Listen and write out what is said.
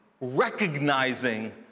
recognizing